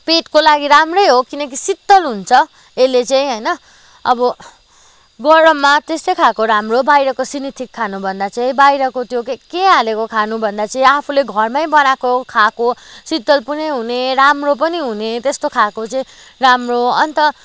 पेटको लागि राम्रै हो किनकि शीतल हुन्छ यसले चाहिँ होइन अब गरममा त्यस्तै खाएको राम्रो बाहिरको सिनिथिक खानुभन्दा चाहिँ बाहिरको त्यो के के हालेको खानुभन्दा चाहिँ आफूले घरमै बनाएको खाएको शीतल पनि हुने राम्रो पनि हुने त्यस्तो खाएको चाहिँ राम्रो अन्त